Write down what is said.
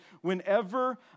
Whenever